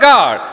God